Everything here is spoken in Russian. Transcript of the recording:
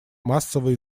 массовые